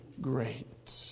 great